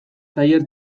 tailer